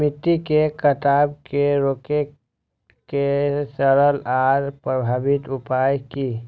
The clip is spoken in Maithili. मिट्टी के कटाव के रोके के सरल आर प्रभावी उपाय की?